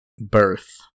Birth